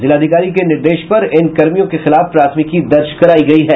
जिलाधिकारी के निर्देश पर इन कर्मियों के खिलाफ प्राथमिकी दर्ज करायी गयी है